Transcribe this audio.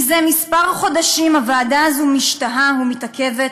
זה כמה חודשים הוועדה הזאת משתהה ומתעכבת,